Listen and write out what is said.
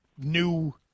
new